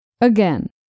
Again